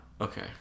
okay